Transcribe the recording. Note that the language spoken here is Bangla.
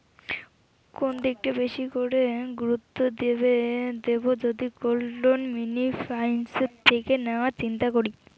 কোন দিকটা বেশি করে গুরুত্ব দেব যদি গোল্ড লোন মিনি ফাইন্যান্স থেকে নেওয়ার চিন্তা করি?